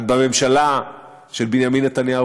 אבל בממשלה של בנימין נתניהו,